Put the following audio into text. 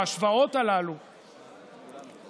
ההשוואות הללו לשלטון,